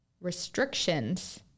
restrictions